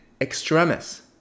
extremis